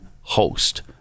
host